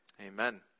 amen